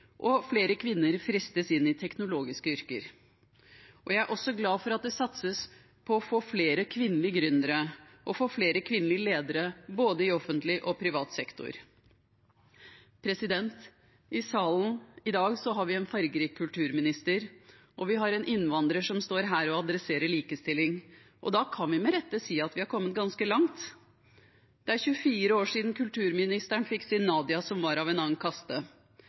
og omsorgsyrker og flere kvinner fristes inn i teknologiske yrker. Jeg er også glad for at det satses på å få flere kvinnelige gründere og få flere kvinnelige ledere i både offentlig og privat sektor. I salen i dag har vi en fargerik kulturminister, og vi har en innvandrer som står her og adresserer likestilling, og da kan vi med rette si at vi har kommet ganske langt. Det er 24 år siden kulturministeren fikk sin Nadia, som var av en annen kaste.